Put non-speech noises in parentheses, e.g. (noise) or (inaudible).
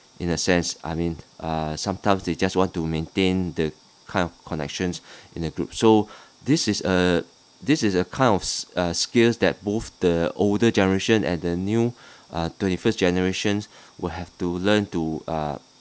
in a sense I mean uh sometimes they just want to maintain the kind of connections (breath) in the group so (breath) this is uh this is a kind of s~ uh skills that both the older generation and new (breath) uh twenty first generations (breath) would have to learn to uh